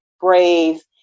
brave